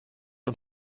und